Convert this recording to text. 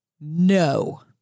no